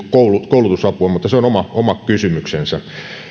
koulutusapua mutta se on oma oma kysymyksensä